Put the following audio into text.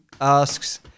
asks